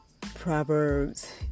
Proverbs